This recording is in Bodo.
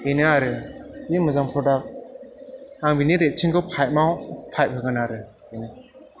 बेनो आरो जि मोजां प्रदाक आं बेनि रेटिं खौ फाइब आव फाइब होगोन आरो